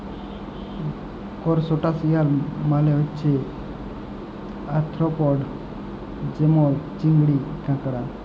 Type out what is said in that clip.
করসটাশিয়াল মালে হছে আর্থ্রপড যেমল চিংড়ি, কাঁকড়া